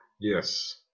Yes